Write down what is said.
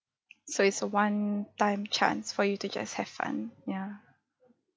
so it's a one time chance for you to just have fun yeah